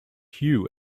hue